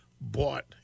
bought